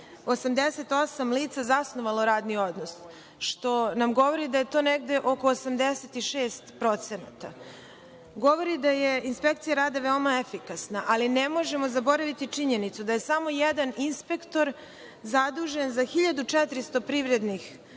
lica zasnovalo radni odnos, što nam govori da je to negde oko 86%. To govori da je Inspekcija rada veoma efikasna, ali ne možemo zaboraviti činjenicu da je samo jedan inspektor zadužen za 1400 privrednih